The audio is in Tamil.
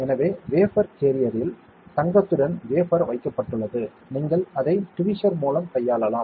எனவே வேஃபர் கேரியரில் தங்கத்துடன் வேஃபர் வைக்கப்பட்டுள்ளது நீங்கள் அதை டீவீஸர் மூலம் கையாளலாம்